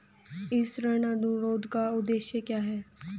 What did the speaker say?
इस ऋण अनुरोध का उद्देश्य क्या है?